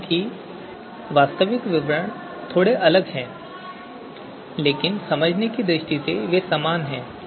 हालांकि वास्तविक विवरण थोड़े अलग हैं लेकिन समझने की दृष्टि से वे समान हैं